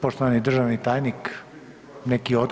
Poštovani državni tajnik neki